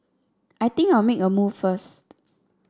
I think I'll make a move first